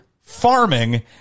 farming